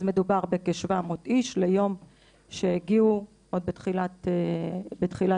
אז מדובר בכ-700 איש ליום שהגיעו עוד בתחילת הלחימה.